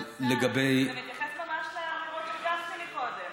כבוד השר, זה מתייחס ממש, של גפני מקודם.